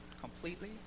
completely